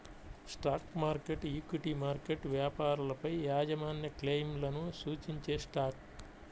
stock market, equity market వ్యాపారాలపైయాజమాన్యక్లెయిమ్లను సూచించేస్టాక్